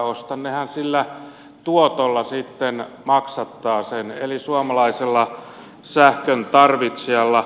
nehän sillä tuotolla sitten maksattavat sen eli suomalaisella sähkön tarvitsijalla